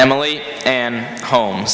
emily and holme